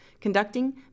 conducting